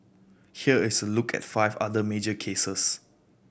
here is a look at five other major cases